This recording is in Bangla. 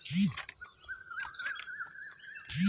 আমি কোথায় গিয়ে নগদে ঋন পরিশোধ করতে পারবো?